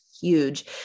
huge